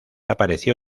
apareció